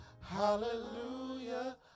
hallelujah